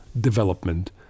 development